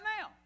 now